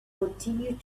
continued